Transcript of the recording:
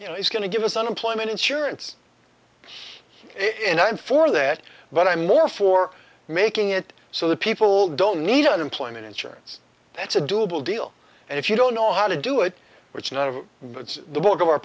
you know he's going to give us unemployment insurance and i'm for that but i'm more for making it so that people don't need unemployment insurance that's a doable deal and if you don't know how to do it which none of the b